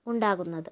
ഉണ്ടാകുന്നത്